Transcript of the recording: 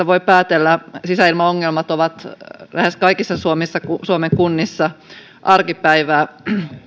voi päätellä sisäilmaongelmat ovat lähes kaikissa suomen kunnissa arkipäivää